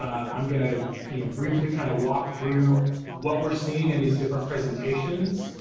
i'm gonna you know briefly kind of walk through what we're seeing in these different presentations.